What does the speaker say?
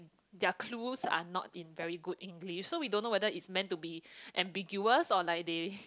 their clues are not in very good English so we don't know whether is meant to be ambiguous or like they